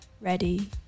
ready